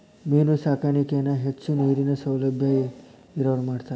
main ಸಾಕಾಣಿಕೆನ ಹೆಚ್ಚು ನೇರಿನ ಸೌಲಬ್ಯಾ ಇರವ್ರ ಮಾಡ್ತಾರ